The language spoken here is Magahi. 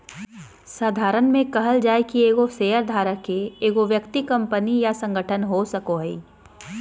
साधारण में कहल जाय कि एगो शेयरधारक के एगो व्यक्ति कंपनी या संगठन हो सको हइ